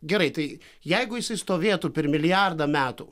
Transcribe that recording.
gerai tai jeigu jisai stovėtų per milijardą metų